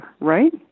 right